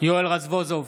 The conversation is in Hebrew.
יואל רזבוזוב,